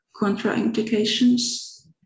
contraindications